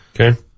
Okay